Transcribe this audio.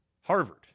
Harvard